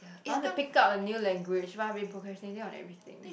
I want to pick up a new language but I've been procrastinating on everything